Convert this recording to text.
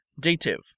Dative